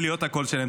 ולהיות הקול שלהם.